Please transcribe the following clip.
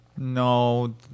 No